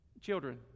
Children